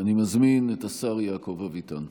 אני מזמין את השר יעקב אביטן.